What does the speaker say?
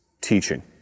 teaching